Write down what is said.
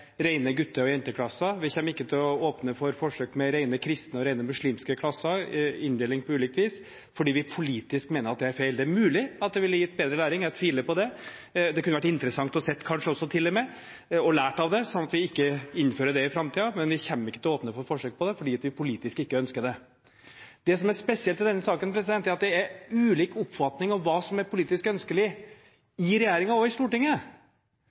rene gutte- og jenteklasser. Vi kommer ikke til å åpne for forsøk med rene kristne og rene muslimske klasser – inndeling på ulikt vis – fordi vi politisk mener det er feil. Det er mulig at det ville gitt bedre læring. Jeg tviler på det. Det kunne kanskje til og med vært interessant å ha sett og lært av det, slik at vi ikke innfører det i framtiden, men vi kommer ikke til å åpne for forsøk på det, fordi vi politisk ikke ønsker det. Det som er spesielt i denne saken, er at det er ulik oppfatning av hva som er politisk ønskelig i regjeringen og i Stortinget.